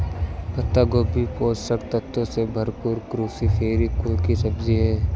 पत्ता गोभी पोषक तत्वों से भरपूर क्रूसीफेरी कुल की सब्जी है